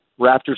Raptors